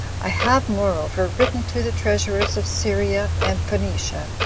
i have, moreover, written to the treasurers of syria and phoenicia,